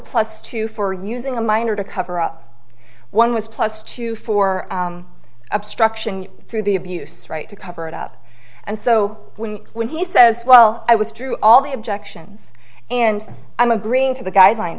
plus two for using a minor to cover up one was plus two for obstruction through the abuse right to cover it up and so when when he says well i withdrew all the objections and i'm agreeing to the guideline